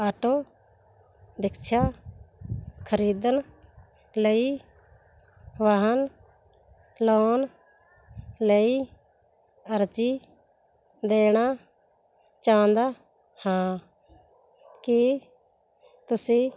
auto rickshaw ਖਰੀਦਣ ਲਈ ਵਾਹਨ ਲੋਨ ਲਈ ਅਰਜ਼ੀ ਦੇਣਾ ਚਾਹੁੰਦਾ ਹਾਂ ਕੀ ਤੁਸੀਂ